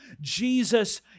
Jesus